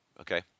Okay